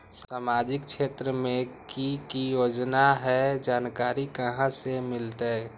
सामाजिक क्षेत्र मे कि की योजना है जानकारी कहाँ से मिलतै?